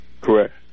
Correct